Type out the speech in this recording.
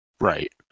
right